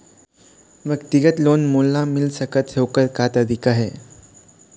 व्यक्तिगत लोन मोल मिल सकत हे का, ओकर का तरीका हे?